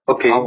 Okay